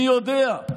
מי יודע,